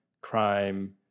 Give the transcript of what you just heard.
crime